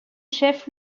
chef